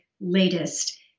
latest